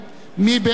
מי בעד?